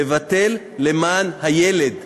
לבטל למען הילד,